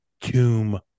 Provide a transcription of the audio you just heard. Tomb